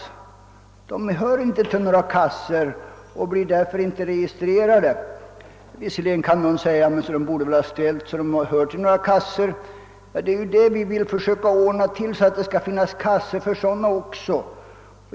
De hör inte till några kassor och blir därför inte registrerade. Visserligen kan man säga, att de borde väl ha ställt det så att de hade tillhört några kassor. Ja, vi vill ju försöka ordna så att det finns kassor för den här kategorin också.